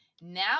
now